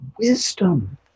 wisdom